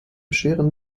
schweren